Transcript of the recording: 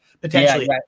potentially